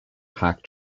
pact